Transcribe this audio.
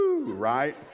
right